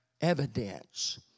evidence